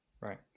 Right